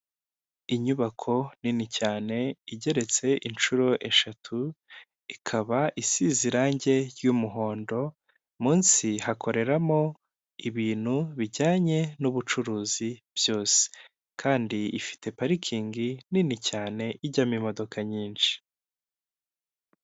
Inyubako nini cyane igeretse inshuro eshatu, ikaba isize irangi ry'umuhondo, munsi hakoreramo ibintu bijyanye n'ubucuruzi byose kandi ifite parikingi nini cyane ijyamo imodoka nyinshi.